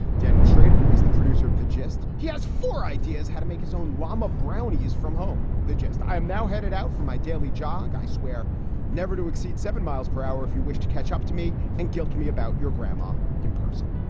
daniel schrader is the producer of the gist. he has four ideas how to make his own llama brownies from home. the gist? i am now headed out for my daily jog. i swear never to exceed seven miles per hour if you wish to catch up to me and guilt me about your grandma in person.